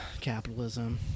capitalism